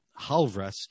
Halvrest